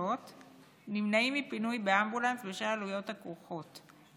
מוחלשות נמנעים מפינוי באמבולנס בשל העלויות הכרוכות בו.